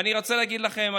ואני רוצה להגיד לכם,